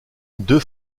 deux